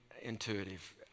intuitive